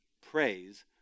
Praise